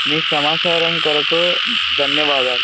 మీ సమాచారం కొరకు ధన్యవాదాలు